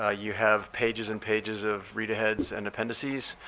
ah you have pages and pages of read aheads and appendices.